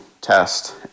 test